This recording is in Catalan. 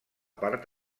part